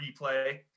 replay